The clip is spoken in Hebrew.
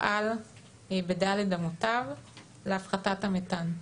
יפעל בד' אמותיו להפחתת המתאן.